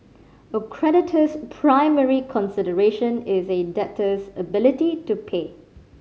a creditor's primary consideration is a debtor's ability to pay